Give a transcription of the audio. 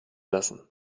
lassen